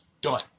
done